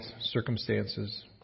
circumstances